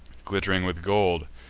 glitt'ring with gold,